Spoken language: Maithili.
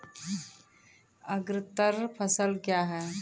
अग्रतर फसल क्या हैं?